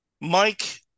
mike